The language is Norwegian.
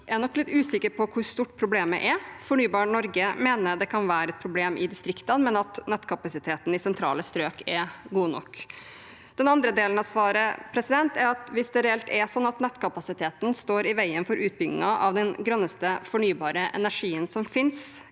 nok er litt usikre på hvor stort problemet er. Fornybar Norge mener det kan være et problem i distriktene, men at nettkapasiteten i sentrale strøk er god nok. Den andre delen av svaret er at hvis det reelt er slik at nettkapasiteten står i veien for utbygging av den grønneste fornybare energien som finnes,